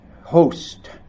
host